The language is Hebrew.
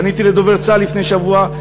פניתי לדובר צה"ל לפני שבוע,